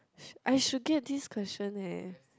I should get this question ya